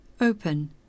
open